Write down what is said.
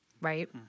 right